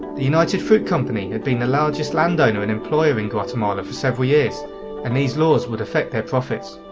the united fruit company had been the largest landowner and employer in guatemala for several years and these laws would affect their profits.